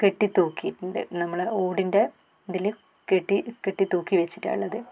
കെട്ടി തൂക്കി ഉണ്ട് നമ്മളുടെ ഓടിൻ്റെ ഇതിൽ കെട്ടി കെട്ടി തൂക്കി വെച്ചിട്ടാണ് ഉള്ളത്